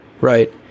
Right